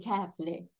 carefully